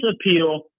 appeal